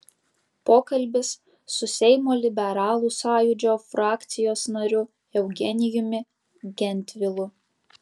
pokalbis su seimo liberalų sąjūdžio frakcijos nariu eugenijumi gentvilu